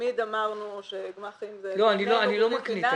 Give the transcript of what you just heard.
תמיד אמרנו שגמ"חים --- לא, אני לא מקניט.